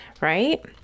right